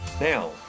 Now